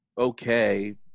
okay